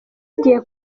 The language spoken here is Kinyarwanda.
agiye